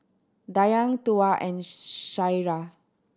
Dayang Tuah and Syirah